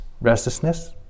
restlessness